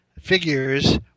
figures